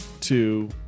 two